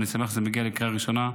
ואני שמח שזה מגיע לקריאה ראשונה,